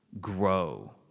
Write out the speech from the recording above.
grow